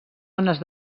ones